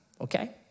Okay